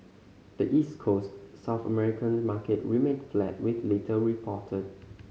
the East Coast South American market remained flat with little reported